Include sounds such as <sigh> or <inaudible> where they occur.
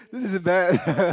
this is bad <laughs>